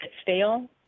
stale